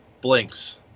blinks